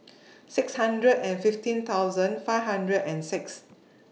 six hundred and fifteen thousand five hundred and six